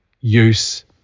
use